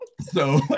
So-